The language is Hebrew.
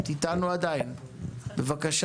בבקשה